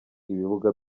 ibibuga